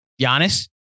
Giannis